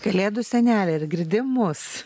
kalėdų seneli ar girdi mus